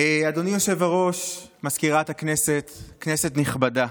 אדוני היושב-ראש, סגנית מזכיר הכנסת, כנסת נכבדה,